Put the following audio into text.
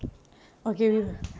okay we'll